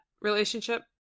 relationship